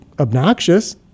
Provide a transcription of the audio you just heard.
obnoxious